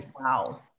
Wow